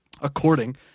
according